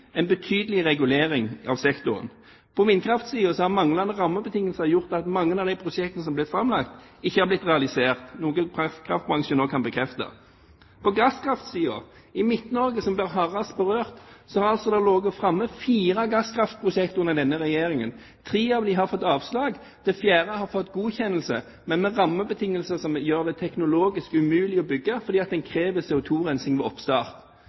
en betydelig regulering av sektoren. På vindkraftsiden har manglende rammebetingelser gjort at mange av de prosjektene som har blitt framlagt, ikke har blitt realisert, noe kraftbransjen også kan bekrefte. På gasskraftsiden i Midt-Norge, som blir hardest berørt, har det ligget framme fire gasskraftverkprosjekter under denne regjeringen. Tre av dem har fått avslag, og det fjerde har fått godkjennelse, men med rammebetingelser som gjør det teknologisk umulig å bygge, fordi man krever CO2-rensing ved oppstart.